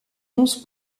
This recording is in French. onze